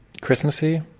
Christmassy